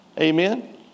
Amen